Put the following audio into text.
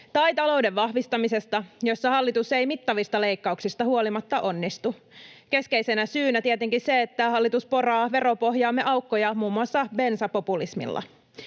tai talouden vahvistamisesta, jossa hallitus ei mittavista leikkauksista huolimatta onnistu. Keskeisenä syynä tietenkin on se, että hallitus poraa veropohjaamme aukkoja muun muassa bensapopulismilla.